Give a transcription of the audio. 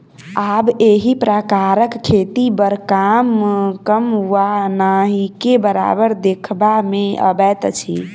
आब एहि प्रकारक खेती बड़ कम वा नहिके बराबर देखबा मे अबैत अछि